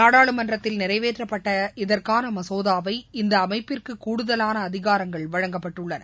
நாடாளுமன்றத்தில் நிறைவேற்றப்பட்ட இதற்கான மசோதாவை இந்த அமைப்பிற்கு கூடுதலான அதிகாரங்கள் வழங்கப்பட்டுள்ளன